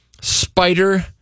spider